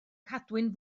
cadwyn